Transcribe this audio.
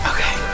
Okay